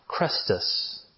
Crestus